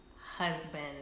husband